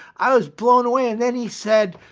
i was blown away and then he said,